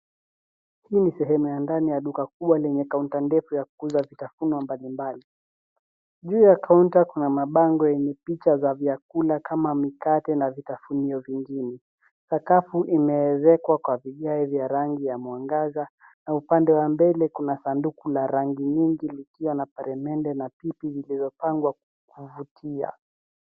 Hii ni sehemu ya ndani ya duka kubwa lenye kaunta ndefu ya kuuza vitafuno mbalimbali. Juu ya kaunta kuna mabango yenye picha za vyakula kama mikate na vitafunio vingine. Sakafu immezekwa kwa vigae vya rangi ya mwangaza. Na upande wa mbele kuna sanduka la rangi nyingi likiwa na peremende na vitu vilivyopangwa kuvutia.